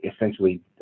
essentially